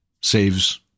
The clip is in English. saves